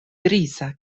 griza